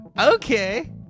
okay